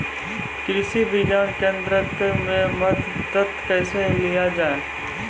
कृषि विज्ञान केन्द्रऽक से मदद कैसे लिया जाय?